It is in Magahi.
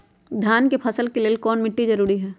धान के फसल के लेल कौन मिट्टी जरूरी है?